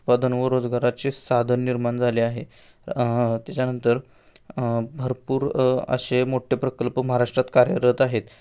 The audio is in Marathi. उत्पादन व रोजगाराचे साधन निर्माण झाले आहे त्याच्यानंतर भरपूर असे मोठे प्रकल्प महाराष्ट्रात कार्यरत आहेत